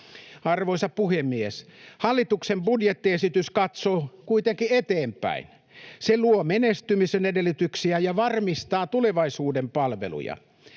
Arvoisa puhemies! Hallituksen budjettiesitys katsoo kuitenkin eteenpäin. Se luo menestymisen edellytyksiä ja varmistaa tulevaisuuden palveluja.